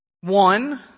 One